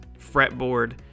Fretboard